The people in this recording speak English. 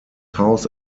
house